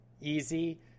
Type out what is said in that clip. easy